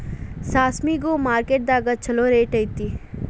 ಸಾಸ್ಮಿಗು ಮಾರ್ಕೆಟ್ ದಾಗ ಚುಲೋ ರೆಟ್ ಐತಿ